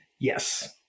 Yes